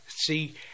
see